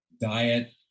diet